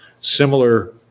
Similar